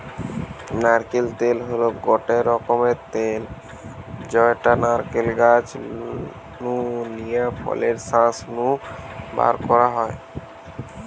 নারকেল তেল হল গটে রকমের তেল যউটা নারকেল গাছ নু লিয়া ফলের শাঁস নু বারকরা হয়